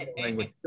language